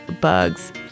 bugs